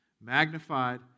magnified